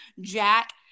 Jack